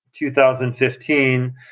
2015